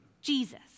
Jesus